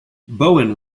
bowen